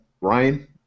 Ryan